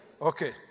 Okay